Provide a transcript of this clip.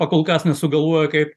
pakol kas nesugalvojo kaip